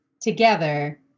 together